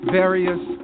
various